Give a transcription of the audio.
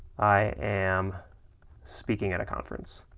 i am speaking at a conference.